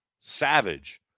Savage